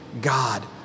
God